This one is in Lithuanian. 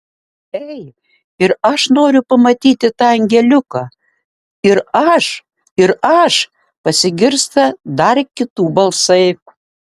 ei ir aš noriu pamatyti tą angeliuką ir aš ir aš pasigirsta dar kitų balsai